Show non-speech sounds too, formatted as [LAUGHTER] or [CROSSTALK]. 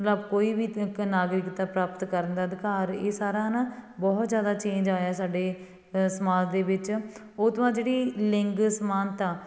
[UNINTELLIGIBLE] ਕੋਈ ਵੀ ਤ ਕ ਨਾਗਰਿਕਤਾ ਪ੍ਰਾਪਤ ਕਰਨ ਦਾ ਅਧਿਕਾਰ ਇਹ ਸਾਰਾ ਹੈ ਨਾ ਬਹੁਤ ਜ਼ਿਆਦਾ ਚੇਂਜ ਆਇਆ ਸਾਡੇ ਸਮਾਜ ਦੇ ਵਿੱਚ ਉਹ ਤੋਂ ਬਾਅਦ ਜਿਹੜੀ ਲਿੰਗ ਸਮਾਨਤਾ